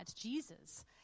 Jesus